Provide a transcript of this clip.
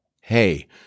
Hey